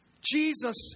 Jesus